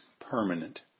permanent